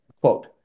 quote